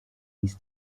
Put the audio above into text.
hieß